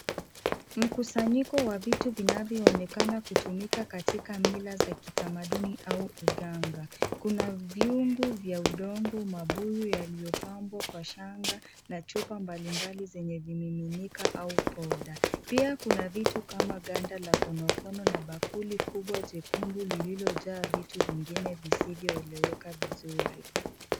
Mkusanyiko wa vitu vinavyoonekana kutumika katika mila za kitamaduni au uganga. Kuna viungu vya udongo, mabuyu yaliyopambwa kwa shanga, na chupa mbalimbali zenye vimiminika au poda. Pia kuna vitu kama ganda la konokono na bakuli kubwa jekundu lililojaa vitu vingine visivyoeleweka vizuri.